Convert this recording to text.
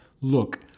Look